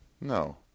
No